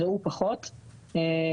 סליחה.